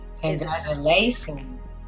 Congratulations